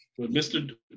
mr